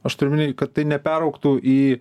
aš turiu omeny kad tai neperaugtų į